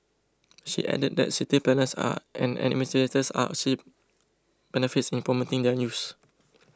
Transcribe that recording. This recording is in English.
she added that city planners are and administrators are see benefits in promoting their use